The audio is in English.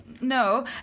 No